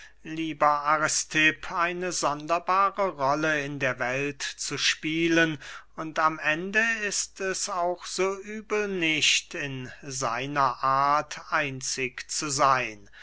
lieber aristipp eine sonderbare rolle in der welt zu spielen und am ende ist es auch so übel nicht in seiner art einzig zu seyn